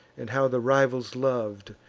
and how the rivals lov'd,